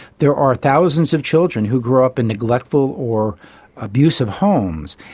there are thousands of children who grew up in neglectful or abusive homes,